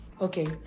okay